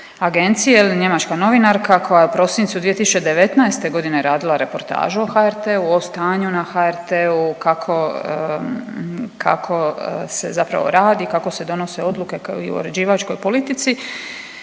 agencije, je li njemačka novinarka koja je u prosincu 2019.g. radila reportažu o HRT-u, o stanju na HRT-u, kako, kako se zapravo radi, kako se odnose odluke, kao i o uređivačkoj politici,